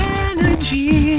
energy